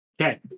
Okay